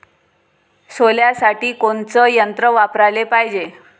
सोल्यासाठी कोनचं यंत्र वापराले पायजे?